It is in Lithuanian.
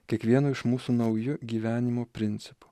kiekvieno iš mūsų nauju gyvenimo principu